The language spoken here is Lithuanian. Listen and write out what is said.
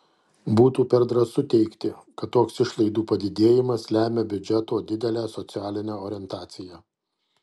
būtų per drąsu teigti kad toks išlaidų padidėjimas lemia biudžeto didelę socialinę orientaciją